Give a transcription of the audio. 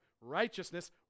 righteousness